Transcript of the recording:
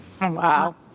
Wow